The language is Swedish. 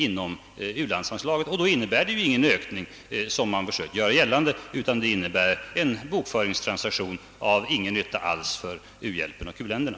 Då blir det ju inte någon ökning, som man sökt göra gällande att det skall bli, utan det blir en pokföringstransaktion till ingen nytta alls för u-hjälpen och u-länderna.